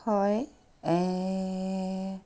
হয় এই